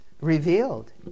revealed